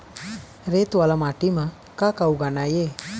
रेत वाला माटी म का का उगाना ये?